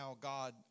God